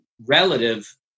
relative